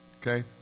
Okay